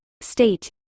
state